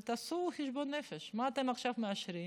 אבל תעשו חשבון נפש, מה אתם עכשיו מאשרים